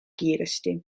kiiresti